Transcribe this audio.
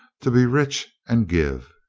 to be rich and give!